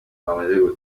bameze